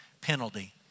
penalty